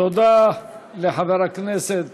תודה לחבר הכנסת